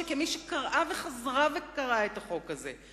שכמי שקראה וחזרה וקראה את החוק הזה,